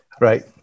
Right